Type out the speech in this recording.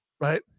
right